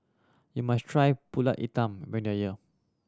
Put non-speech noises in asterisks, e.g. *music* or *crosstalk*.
you must try Pulut Hitam *unintelligible*